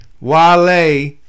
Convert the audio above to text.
Wale